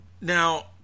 Now